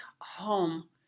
home